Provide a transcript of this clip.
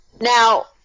Now